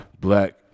black